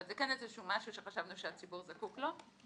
אבל זה כן איזשהו משהו שחשבנו שהציבור זקוק לו,